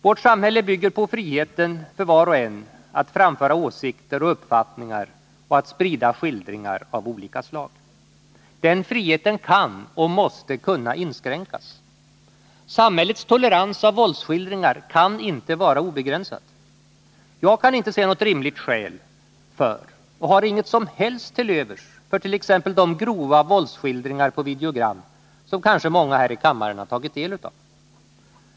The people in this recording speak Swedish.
Vårt samhälle bygger på friheten för var och en att framföra åsikter och uppfattningar och att sprida skildringar av olika slag. Den friheten kan och måste kunna inskränkas. Samhällets tolerans av våldsskildringar kan inte vara obegränsad. Jag kan inte se något rimligt skäl för och har inget som helst tillövers för t.ex. de grova våldsskildringar på videogram som kanske många här i kammaren har tagit del av.